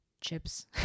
Chips